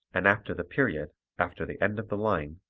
and after the period, after the end of the line,